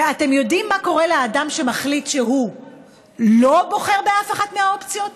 ואתם יודעים מה קורה לאדם שמחליט שהוא לא בוחר באף אחת מהאופציות,